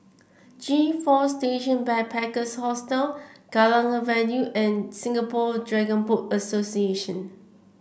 G Four Station Backpackers Hostel Kallang Avenue and Singapore Dragon Boat Association